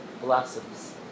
blossoms